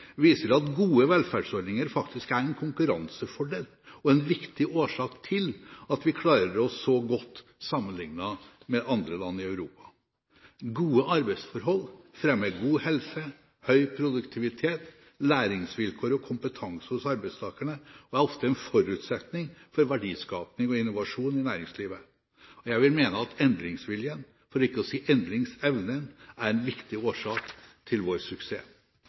viser at gode velferdsordninger faktisk er en konkurransefordel og en viktig årsak til at vi klarer oss så godt sammenlignet med andre land i Europa. Gode arbeidsforhold fremmer god helse, høy produktivitet, læringsvilkår og kompetanse hos arbeidstakerne og er ofte en forutsetning for verdiskaping og innovasjon i næringslivet. Jeg vil mene at endringsviljen – for ikke å si endringsevnen – er en viktig årsak til vår suksess.